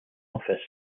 office